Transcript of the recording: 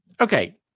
Okay